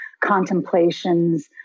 contemplations